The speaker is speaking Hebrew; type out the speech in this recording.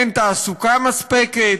אין תעסוקה מספקת,